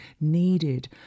needed